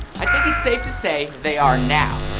i think it's safe to say, they are now.